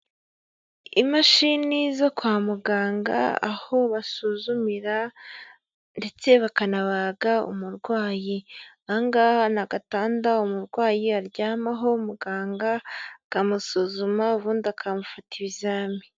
Imashini zo kwa muganga aho basuzumira ndetse bakanabaga umurwayi, aha ngaha ni agatanda umurwayi aryamaho muganga akamusuzuma ubundi akamufata ibizami.